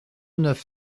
neuf